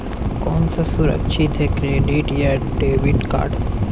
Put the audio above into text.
कौन सा सुरक्षित है क्रेडिट या डेबिट कार्ड?